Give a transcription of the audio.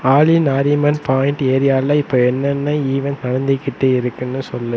ஆலி நாரிமன் பாயிண்ட் ஏரியாவில் இப்போ என்னென்ன ஈவெண்ட் நடந்துக்கிட்டு இருக்குதுன்னு சொல்